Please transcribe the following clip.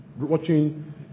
watching